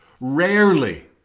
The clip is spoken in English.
rarely